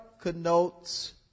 connotes